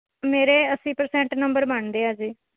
ਮੇਰੇ ਅੱਸੀ percent number ਬਣਦੇ ਹੈ ਜੀ